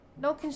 No